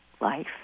life